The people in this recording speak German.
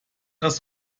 das